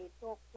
talk